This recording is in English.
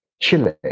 Chile